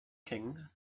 king